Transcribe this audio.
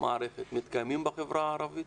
בכל המערכת, מתקיימים בחברה הערבית?